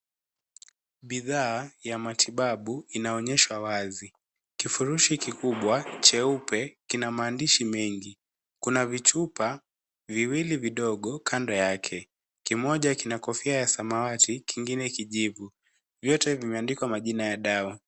Bidhaa ya matibabu inaonyeshwa wazi. Kufurushi kikubwa cheupe kina maandishi mengi. Kuna vichupa viwili vidogo kando yake, kimoja kina kofia ya samawati na kingine kijivu vyote vimeandikwa jina ya dawa.